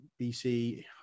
BC